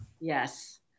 Yes